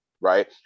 Right